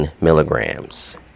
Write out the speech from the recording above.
milligrams